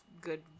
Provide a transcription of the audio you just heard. good